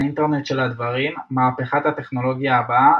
האינטרנט של הדברים מהפכת הטכנולוגיה הבאה?,